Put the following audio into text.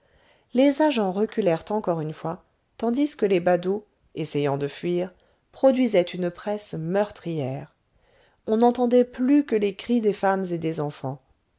les agents reculèrent encore une fois tandis que les badauds essayant de fuir produisaient une presse meurtrière on n'entendait plus que les cris des femmes et des enfants